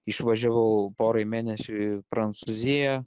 išvažiavau porai mėnesių į prancūziją